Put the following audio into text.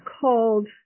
called